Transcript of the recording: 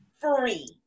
free